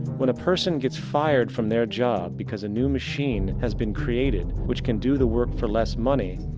when a person get's fired from their job, because a new machine has been created, which can do the work for less money,